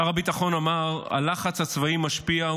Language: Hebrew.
שר הביטחון אמר: הלחץ הצבאי משפיע,